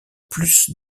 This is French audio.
plus